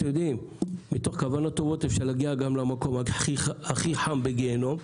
והכוונות הטובות מובילות לפעמים למקום הכי חם בגיהינום,